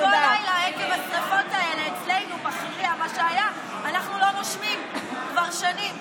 וכל לילה עקב השרפות האלה שהיו אצלנו בחירייה אנחנו לא נושמים כבר שנים,